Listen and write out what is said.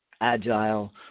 agile